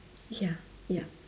ya ya